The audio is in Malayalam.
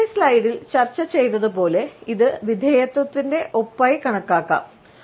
മുമ്പത്തെ സ്ലൈഡിൽ ചർച്ച ചെയ്തതുപോലെ ഇത് വിധേയത്വത്തിന്റെ ഒപ്പായി കണക്കാക്കാം